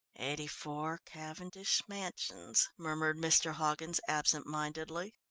eighty four, cavendish mansions, murmured mr. hoggins absent-mindedly.